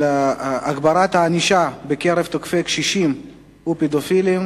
הגברת הענישה של תוקפי קשישים ופדופילים,